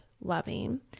loving